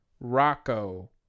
Rocco